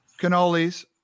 cannolis